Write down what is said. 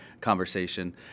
conversation